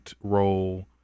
role